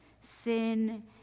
Sin